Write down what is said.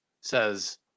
says